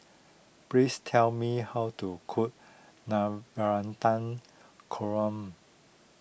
please tell me how to cook Navratan Korm